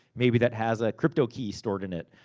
maybe that has a cryptokey stored in it.